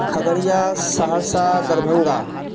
Khagaria Saharsa Darbhanga